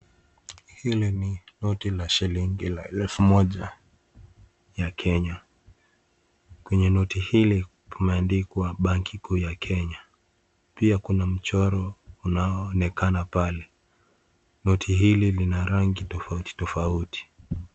Hili ni noti la shilingi elfu moja ya Kenya .Kwenye noti hili kumeandikwa banki kuu ya Kenya ,pia kuna, michoro unao onekana pale. Noti hili lina rangi tofauti tofauti.